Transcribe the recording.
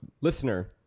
listener